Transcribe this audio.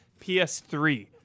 PS3